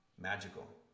magical